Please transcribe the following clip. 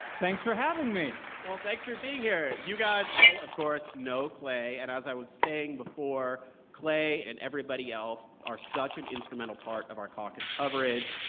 thanks for having me well, thanks for being here. you guys all, of course, know clay, and as i was saying before, clay and everybody else are such an instrumental part of our caucus coverage.